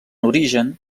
origen